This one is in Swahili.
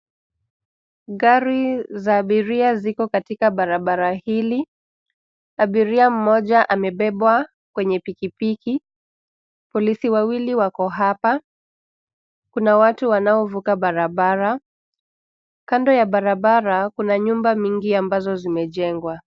Gari za abiria ziko katika barabara hili. Abiria mmoja amebebwa kwenye pikipiki. Polisi wawili wako hapa. Kuna watu wanaovuka barabara. Kando ya barabara kuna nyumba mingi ambazo zimejengwa.